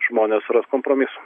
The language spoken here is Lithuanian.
žmonės ras kompromisą